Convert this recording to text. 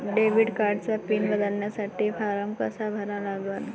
Debit कार्डचा pin बदलासाठी form कसा भरा लागन?